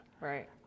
Right